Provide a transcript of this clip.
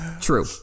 true